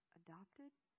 Adopted